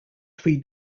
three